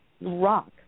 rock